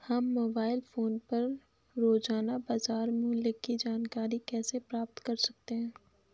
हम mobile phone पर रोजाना बाजार मूल्य की जानकारी कैसे प्राप्त कर सकते हैं?